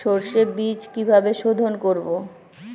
সর্ষে বিজ কিভাবে সোধোন করব?